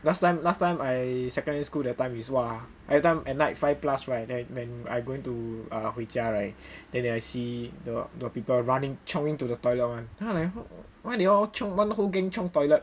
last time last time I secondary school that time is what ah I every time at night five plus right when when I going to err 回家 right then after that I see the the people running chionging to the toilet [one] then I like why why they like one whole gang chiong toilet